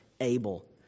Abel